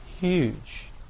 Huge